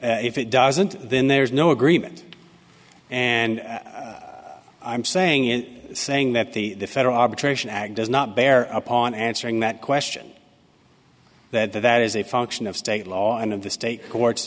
if it doesn't then there is no agreement and i'm saying in saying that the federal arbitration act does not bear upon answering that question that that is a function of state law and of the state court